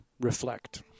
reflect